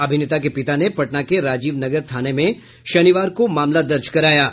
अभिनेता के पिता ने पटना के राजीवनगर थाना में शनिवार को मामला दर्ज कराया है